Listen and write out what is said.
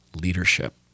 leadership